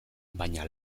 baina